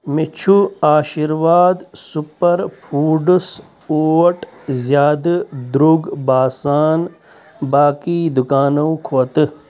مےٚ چھُ Aashirvaad super foods اوٹ زیادٕ درٛۅگ باسان باقٕے دُکانو کھۄتہٕ